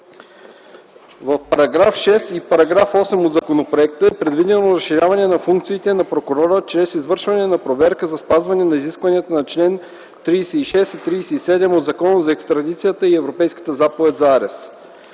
В § 6 и § 8 от законопроекта е предвидено разширяване на функциите на прокурора чрез извършване на проверка за спазване на изискванията на чл. 36 и 37 от Закона за екстрадицията и Европейската заповед за арест.